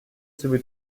sowie